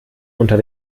unter